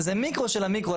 זה מיקרו של המיקרו.